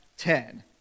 Ten